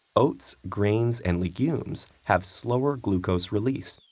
oats, grains, and legumes have slower glucose release,